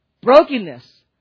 Brokenness